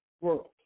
world